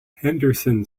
henderson